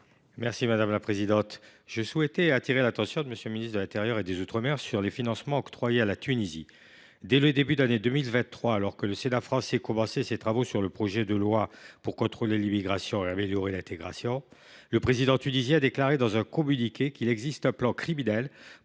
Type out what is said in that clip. mer. Madame la ministre, je souhaitais attirer l’attention de M. le ministre de l’intérieur et des outre mer sur les financements octroyés à la Tunisie. Dès le début de l’année 2023, alors que notre assemblée commençait ses travaux sur le projet de loi pour contrôler l’immigration, améliorer l’intégration, le président tunisien déclarait dans un communiqué qu’« il existe un plan criminel